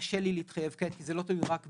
קשה לי להתחייב כעת, כי זה לא תלוי רק בי.